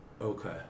Okay